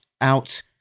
out